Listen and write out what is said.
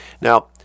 Now